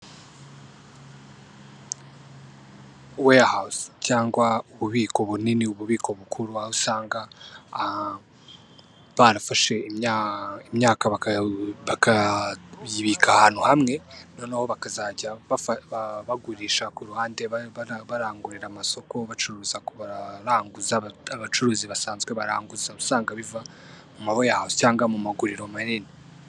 Warehouse cyangwa ububiko bunini, ububiko bukuru, aho usanga barafashe imyaka bakayibika ahantu hamwe, noneho bakazajya bagurisha ku ruhande, barangurira amasoko, bacuruza ku baranguza abacuruzi basanzwe baranguza, usanga biva ma warehouse cyangwa mu maguriro manini.